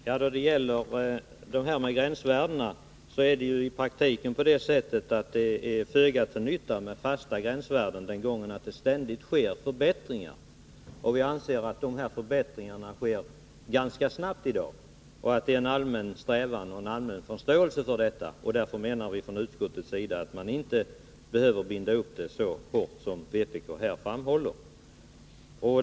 Herr talman! Fasta gränsvärden är i praktiken till föga nytta, eftersom förbättringar av dessa ständigt sker. Vi anser att dessa förbättringar sker ganska snabbt i dag och att det råder en allmän förståelse för detta. Därför menar utskottet att man inte behöver binda upp gränsvärdena så hårt som vpk vill.